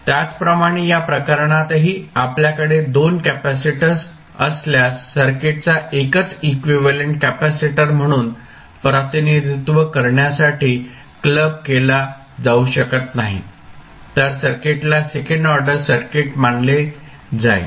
त्याचप्रमाणे या प्रकरणातही आपल्याकडे 2 कॅपेसिटर्स असल्यास सर्किटचा एकच इक्विव्हॅलेंट कपॅसिटर म्हणून प्रतिनिधित्व करण्यासाठी क्लब केला जाऊ शकत नाही तर सर्किटला सेकंड ऑर्डर सर्किट मानले जाईल